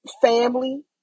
family